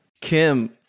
Kim